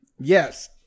Yes